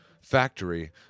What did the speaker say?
factory